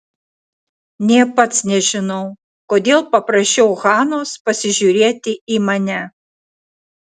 nė pats nežinau kodėl paprašiau hanos pasižiūrėti į mane